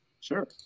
Sure